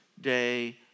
day